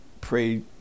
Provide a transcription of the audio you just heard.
pray